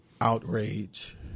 outrage